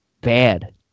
bad